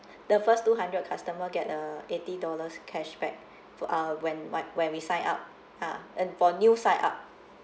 the first two hundred customer get a eighty dollars cashback for uh when wha~ when we sign up ah and for new sign up